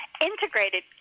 Integrated